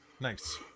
Nice